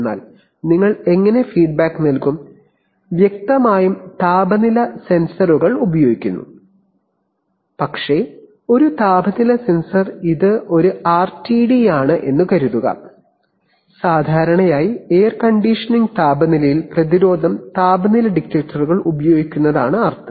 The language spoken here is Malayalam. എന്നാൽ നിങ്ങൾ എങ്ങനെ ഫീഡ്ബാക്ക് നൽകും വ്യക്തമായും താപനില സെൻസറുകൾ ഉപയോഗിക്കുന്നു പക്ഷേ ഒരു താപനില സെൻസർ ഇത് ഒരു ആർടിഡിയാണെന്ന് കരുതുക സാധാരണയായി എയർ കണ്ടീഷനിംഗ് താപനിലയിൽ പ്രതിരോധം താപനില ഡിറ്റക്ടറുകൾ ഉപയോഗിക്കുന്നതാണ് അർത്ഥം